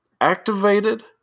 activated